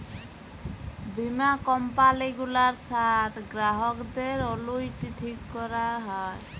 বীমা কম্পালি গুলার সাথ গ্রাহকদের অলুইটি ঠিক ক্যরাক হ্যয়